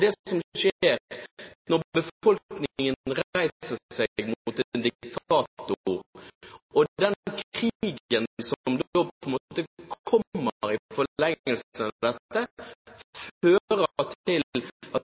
bra det som skjer når befolkningen reiser seg mot en diktator, og den krigen som da kommer i forlengelsen av dette, fører til at